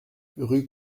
rue